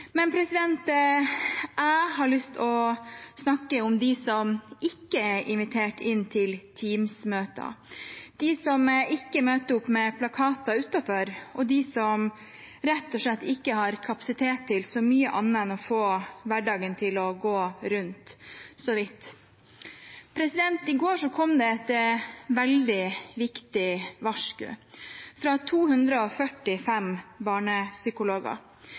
Jeg har lyst til å snakke om dem som ikke er invitert inn til Teams-møter, de som ikke møter opp med plakater utenfor, og de som rett og slett ikke har kapasitet til så mye annet enn å få hverdagen til gå rundt så vidt. I går kom det et veldig viktig varsku fra 245 barnepsykologer.